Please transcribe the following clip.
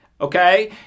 okay